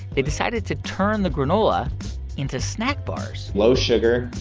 they decided to turn the granola into snack bars. low sugar,